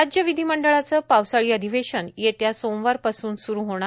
राज्य विधीमंडळाचं पावसाळी अधिवेशन येत्या सोमवारपासून सुरू होणार